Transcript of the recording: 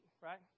right